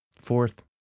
Fourth